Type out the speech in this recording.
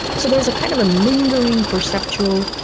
so there's a kind of a lingering perceptual,